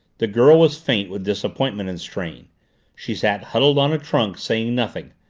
the girl was faint with disappointment and strain she sat huddled on a trunk, saying nothing,